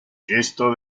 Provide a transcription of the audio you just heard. cristo